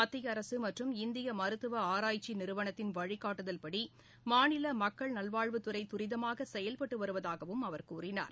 மத்தியஅரசுமற்றம் இந்தியமருத்துவஆராய்ச்சிநிறுவனத்தின் வழிகாட்டுதலின்படிமாநிலமக்கள் நல்வாழ்வுத்துறைதுரிதமாகசெயல்பட்டுவருவதாகவும் அவர் கூறினார்